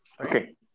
Okay